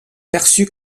perçu